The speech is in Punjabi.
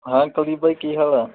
ਹਾਂ ਕੁਲਦੀਪ ਬਾਈ ਕੀ ਹਾਲ ਆ